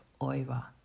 Oiva